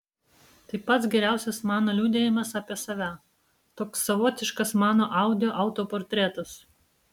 tai pats geriausias mano liudijimas apie save toks savotiškas mano audio autoportretas